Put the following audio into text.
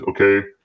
okay